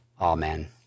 Amen